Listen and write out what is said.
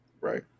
Right